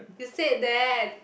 you said that